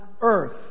earth